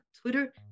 Twitter